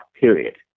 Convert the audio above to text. period